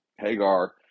Hagar